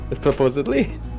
Supposedly